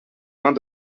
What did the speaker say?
vingt